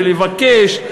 ולבקש,